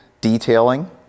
detailing